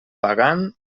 pagant